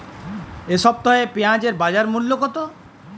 এ সপ্তাহে পেঁয়াজের বাজার মূল্য কত?